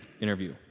interview